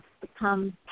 become